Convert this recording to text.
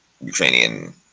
Ukrainian